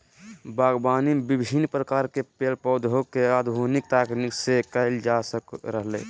बागवानी विविन्न प्रकार के पेड़ पौधा के आधुनिक तकनीक से कैल जा रहलै